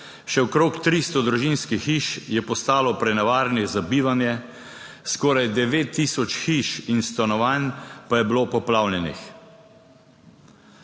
še okrog 300 družinskih hiš je postalo prenevarnih za bivanje, skoraj 9 tisoč hiš in stanovanj pa je bilo poplavljenih.